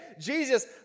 Jesus